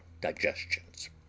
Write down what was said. digestions